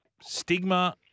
stigma